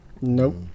nope